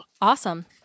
Awesome